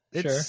sure